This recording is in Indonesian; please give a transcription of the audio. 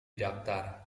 daftar